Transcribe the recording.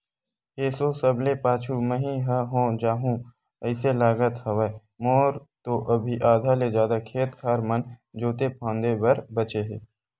एसो सबले पाछू मही ह हो जाहूँ अइसे लगत हवय, मोर तो अभी आधा ले जादा खेत खार मन जोंते फांदे बर बचें हे